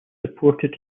supported